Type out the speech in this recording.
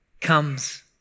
comes